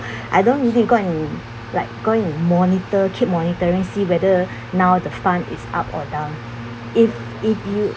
I don't really go and like go and monitor keep monitoring see whether now the fund is up or down if if you